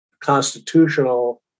constitutional